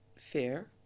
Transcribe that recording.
fair